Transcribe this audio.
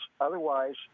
Otherwise